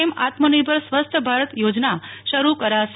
એમ આત્મનિર્ભર સ્વસ્થ ભારત યોજના શરૂ કરાશે